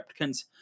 replicants